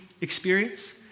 experience